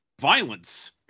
violence